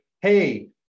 Hey